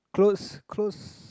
clothes clothes